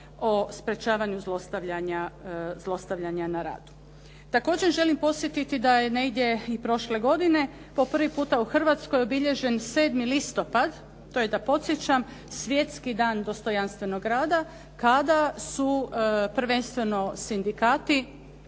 o sprječavanju zlostavljanja na radu. Također želim podsjetiti da je negdje i prošle godine po prvi puta u Hrvatskoj obilježen 7. listopad, to je da podsjećam Svjetski dan dostojanstvenog rada kada su prvenstveno sindikati